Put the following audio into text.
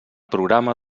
programa